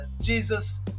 Jesus